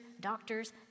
doctors